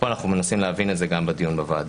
פה אנחנו מנסים להבין את זה גם בדיון בוועדה.